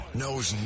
knows